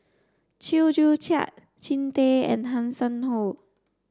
Chew Joo Chiat Jean Tay and Hanson Ho